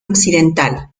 occidental